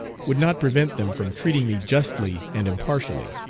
would not prevent them from treating me justly and impartially.